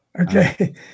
Okay